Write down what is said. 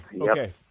okay